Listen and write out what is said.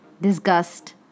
disgust